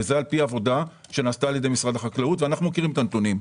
וזה על פי עבודה שנעשתה על ידי משרד החקלאות ואנחנו מכירים את הנתונים.